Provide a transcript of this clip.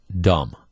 dumb